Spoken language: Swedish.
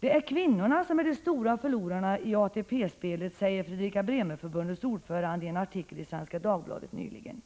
”Det är kvinnorna som är de stora förlorarna i ATP-spelet”, sade Fredrika-Bremer-förbundets ordförande i en artikel i Svenska Dagbladet nyligen.